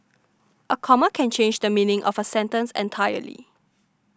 a comma can change the meaning of a sentence entirely